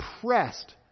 pressed